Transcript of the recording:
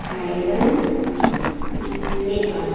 Thailand Nepal